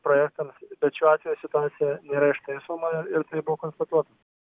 projektams bet šiuo atveju situacija nėra ištaisoma ir tai buvo konstatuota